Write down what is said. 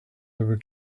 ever